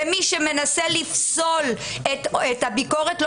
מי שמנסה לפסול את הביקורת,